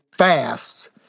fast